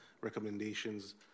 recommendations